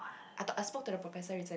I talk I spoke to the professor recently